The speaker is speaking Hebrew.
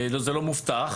זה לא מובטח